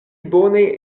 bone